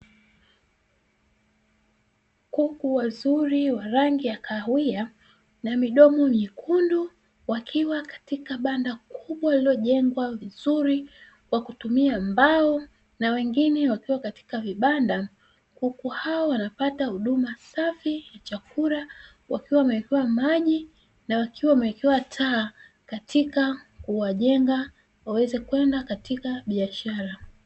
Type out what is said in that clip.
Kuku wazuri wa rangi ya kahawia na midomo myekundu wakiwa katika banda kubwa liliojengwa vizuri kwa kutumia mbao na wengine wakiwa katika vibanda. Kuku hao wanapata huduma safi, chakula wakiwa wamewekewa maji na wakiwa wamewekewa taa katika kuwajenga waweze kwenda katika biashara.